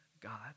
God